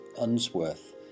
Unsworth